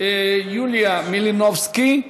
יוליה מלינובסקי.